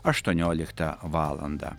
aštuonioliktą valandą